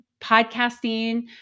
podcasting